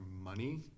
money